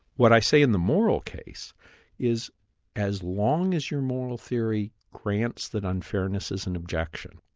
what i say in the moral case is as long as your moral theory grants that unfairness is an objection,